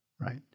right